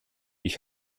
ich